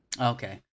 Okay